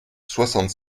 soixante